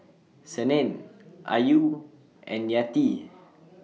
Senin Ayu and Yati